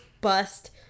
bust